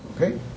okay